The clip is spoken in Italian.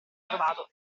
trovato